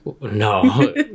no